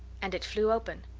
and it flew open.